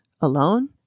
alone